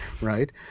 Right